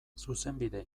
zuzenbide